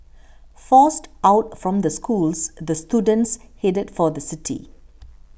forced out from the schools the students headed for the city